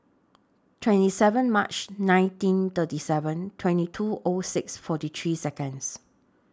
twenty seven March nineteen thirty seven twenty two O six forty three Seconds